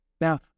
Now